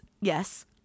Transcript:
Yes